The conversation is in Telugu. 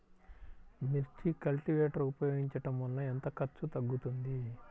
మిర్చి కల్టీవేటర్ ఉపయోగించటం వలన ఎంత ఖర్చు తగ్గుతుంది?